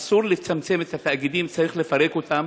אסור לצמצם את התאגידים, צריך לפרק אותם,